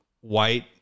white